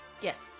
Yes